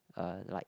uh like